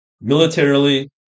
militarily